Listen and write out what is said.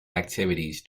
activities